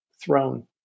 throne